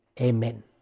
Amen